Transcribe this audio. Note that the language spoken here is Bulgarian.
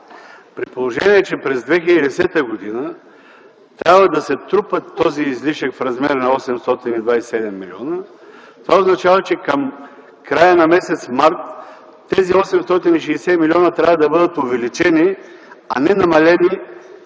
При положение, че през 2010 г. трябва да се трупа този излишък в размер на 827 милиона, това означава, че към края на м. март т.г. тези 860 милиона трябва да бъдат увеличени, а не намалени,